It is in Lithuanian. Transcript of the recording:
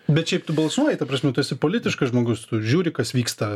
bet šiaip tu balsuoji ta prasme tu esi politiškas žmogus tu žiūri kas vyksta